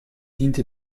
diente